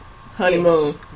honeymoon